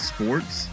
Sports